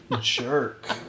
jerk